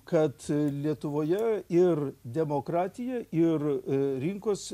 kad lietuvoje ir demokratija ir rinkos